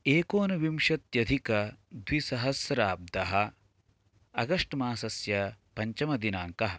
एकोन विंशत्यधिकद्विसहस्राब्धः अगस्ट् मासस्य पञ्चमदिनाङ्कः